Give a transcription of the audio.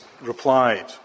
replied